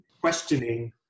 questioning